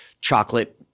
chocolate